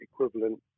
equivalent